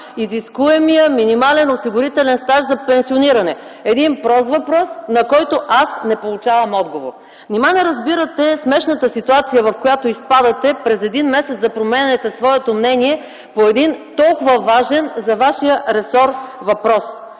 изискуемият минимален осигурителен стаж за пенсиониране? Един прост въпрос, на който аз не получавам отговор. Нима не разбирате смешната ситуация, в която изпадате – през един месец да променяте своето мнение по толкова важен за Вашия ресор въпрос?!